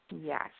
Yes